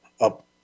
up